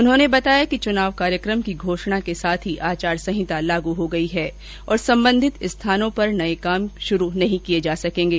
उन्होंने बताया कि चुनाव कार्यकम की घोषणा के साथ ही आचार संहिता लागू हो गयी है और संबंधित स्थानों पर नये कार्म शुरू नहीं किये जा सकेंगे